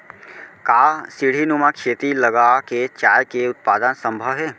का सीढ़ीनुमा खेती लगा के चाय के उत्पादन सम्भव हे?